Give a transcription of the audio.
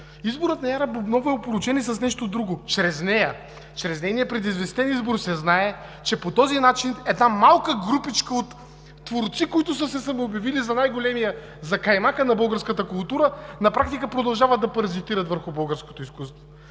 Изборът на Яра Бубнова е опорочен и с нещо друго – чрез нея, чрез нейния предизвестен избор се знае, че по този начин една малка групичка от творци, които са се самообявили за каймака на българската култура, на практика продължават да паразитират върху българското изкуство.